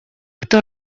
кто